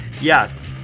Yes